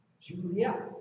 Julia